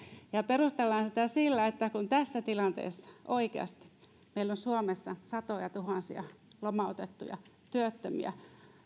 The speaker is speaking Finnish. ja perustelemme sitä sillä että kun tässä tilanteessa meillä on suomessa oikeasti satojatuhansia lomautettuja työttömiä